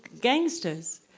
gangsters